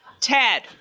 Ted